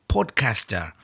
Podcaster